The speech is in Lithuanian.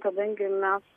kadangi mes